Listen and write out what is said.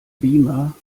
beamer